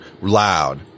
loud